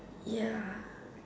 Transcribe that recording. ya